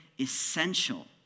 essential